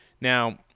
Now